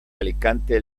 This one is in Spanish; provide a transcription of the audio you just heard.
alicante